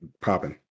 popping